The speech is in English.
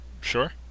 Sure